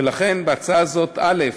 ולכן בהצעה הזאת, א.